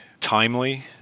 timely